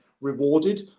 rewarded